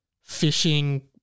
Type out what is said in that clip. fishing